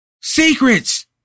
secrets